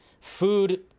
food